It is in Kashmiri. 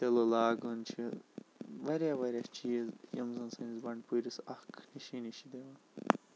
تِلہٕ لاگُن چھ وارِیاہ وارِیاہ چیز یِم زَن سٲنِس بَنٛڈپورِس اَکھ نِشٲنی چھ دِوان